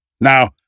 Now